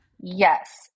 Yes